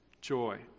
joy